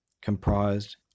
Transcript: comprised